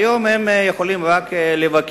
היום הם יכולים רק לבקר,